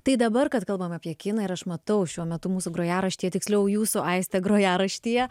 tai dabar kad kalbam apie kiną ir aš matau šiuo metu mūsų grojaraštyje tiksliau jūsų aistę grojaraštyje